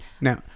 now